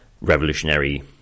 revolutionary